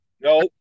no